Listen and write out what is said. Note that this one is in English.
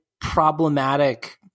problematic